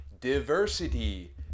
diversity